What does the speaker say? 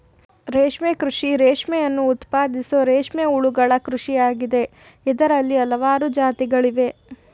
ರೇಷ್ಮೆ ಕೃಷಿ ರೇಷ್ಮೆಯನ್ನು ಉತ್ಪಾದಿಸೋ ರೇಷ್ಮೆ ಹುಳುಗಳ ಕೃಷಿಯಾಗಿದೆ ಇದ್ರಲ್ಲಿ ಹಲ್ವಾರು ಜಾತಿಗಳಯ್ತೆ